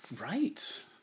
Right